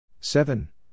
seven